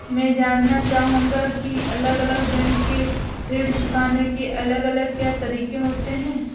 मैं जानना चाहूंगा की अलग अलग बैंक के ऋण चुकाने के अलग अलग क्या तरीके होते हैं?